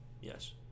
Yes